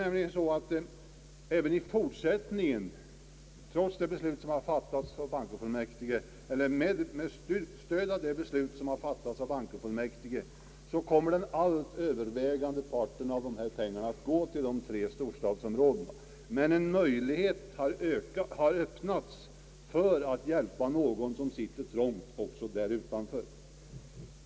Med stöd av det beslut som fattats i bankofullmäktige kommer den övervägande parten av dessa pengar att gå till de tre storstadsområdena, men en möjlighet har öppnats att hjälpa också dem som sitter trångt där utanför.